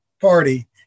Party